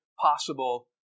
possible